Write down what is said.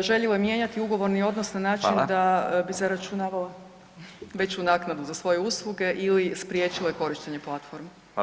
željele mijenjati ugovorni odnos na način [[Upadica: Fala]] da bi zaračunavao veću naknadu za svoje usluge ili spriječile korištenje platforme.